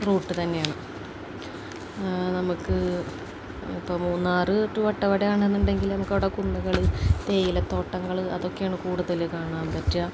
root തന്നെയാണ് നമുക്ക് ഇപ്പോള് മൂന്നാര് തൊട്ട് വട്ടവടയാണെന്നുണ്ടെങ്കില് നമുക്കവിടെ കുന്നുകള് തേയിലത്തോട്ടങ്ങള് അതൊക്കെയാണ് കൂടുതല് കാണാൻ പറ്റുക